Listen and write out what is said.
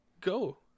Go